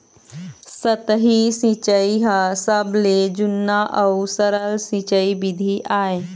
सतही सिंचई ह सबले जुन्ना अउ सरल सिंचई बिधि आय